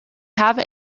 have